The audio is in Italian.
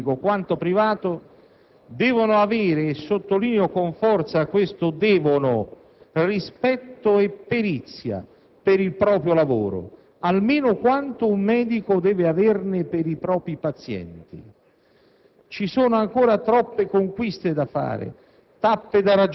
Coloro che sono addetti a tale tipo di servizio, tanto a livello pubblico quanto privato, devono avere - e sottolineo con forza questo "devono" - rispetto e perizia nel proprio lavoro, almeno quanto un medico deve averne per i propri pazienti.